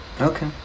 Okay